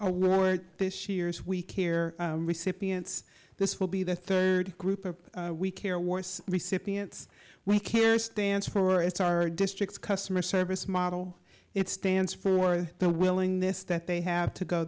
more this year's week here recipients this will be the third group we care ward recipients we can stands for it's our districts customer service model it stands for the willingness that they have to go